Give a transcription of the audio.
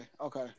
Okay